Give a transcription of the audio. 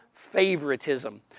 Favoritism